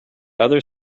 other